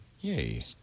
Yay